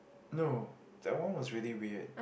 no that one was really weird